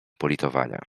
politowania